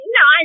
no